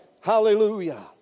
Hallelujah